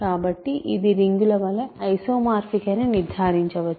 కాబట్టి ఇవి రింగుల వలె ఐసోమార్ఫిక్ అని నిర్ధారించవచ్చు